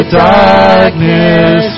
darkness